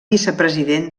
vicepresident